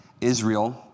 Israel